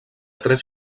tres